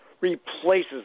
replaces